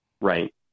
right